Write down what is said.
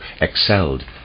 excelled